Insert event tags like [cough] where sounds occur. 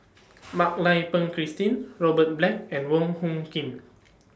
[noise] Mak Lai Peng Christine Robert Black and Wong Hung Khim